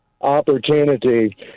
opportunity